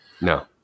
No